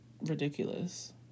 ridiculous